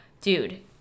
dude